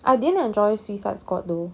I didn't enjoy suicide squad though